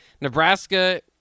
Nebraska